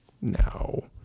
No